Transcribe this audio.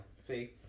See